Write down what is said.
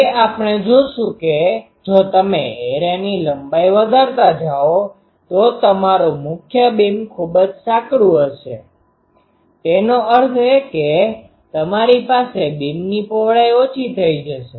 તે આપણે જોશું કે જો તમે એરેની લંબાઈ વધારતા જાઓ તો તમારું મુખ્ય બીમ ખૂબ જ સાંકડુ હશે તેનો અર્થ એ કે તમારી પાસે બીમની પહોળાઈ ઓછી થઈ જશે